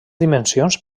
dimensions